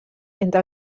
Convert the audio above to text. entre